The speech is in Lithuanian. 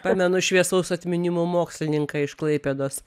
pamenu šviesaus atminimo mokslininką iš klaipėdos